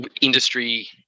industry